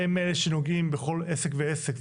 והם אלה שנוגעים בכל עסק ועסק.